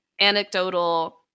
anecdotal